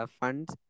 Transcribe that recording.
funds